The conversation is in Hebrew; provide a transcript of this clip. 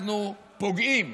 אנחנו פוגעים.